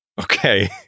Okay